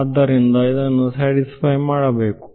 ಆದ್ದರಿಂದ ಇದನ್ನು ತೃಪ್ತಿಪಡಿಸಬೇಕು